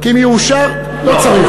לא צריך,